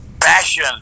passion